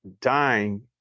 dying